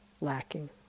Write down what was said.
lacking